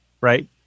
right